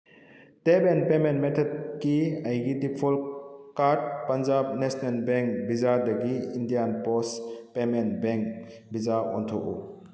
tap and payment ꯃꯦꯊꯠꯀꯤ ꯑꯩꯒꯤ default card Punjab national bank ꯕꯤꯖꯥꯗꯒꯤ ꯏꯟꯗꯤꯌꯥꯟ ꯄꯣꯁ ꯄꯦꯃꯦꯟ ꯕꯦꯡ ꯕꯤꯖꯥ ꯑꯣꯟꯊꯣꯛꯎ